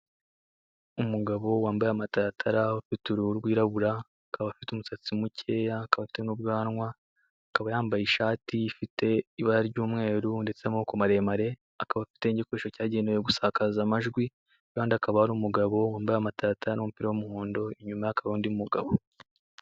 Umugabo wambaye amataratara, ufite uruhu rwirabura, akaba afite umusatsi mukeya, akaba afite n'ubwanwa, akaba yambaye ishati ifite ibara ry'umweru ndetse n'amaboko maremare, akaba afite n'igikoresho cyagenewe gusakaza amajwi, ku ruhande hakaba hari umugabo wambaye amataratara n'umupira w'umuhondo, inyuma ye hakaba hari undi mugabo.